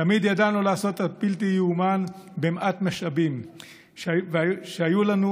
תמיד ידענו לעשות את הבלתי-ייאמן במעט המשאבים שהיו לנו,